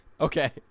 Okay